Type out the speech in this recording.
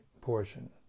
portion